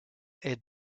est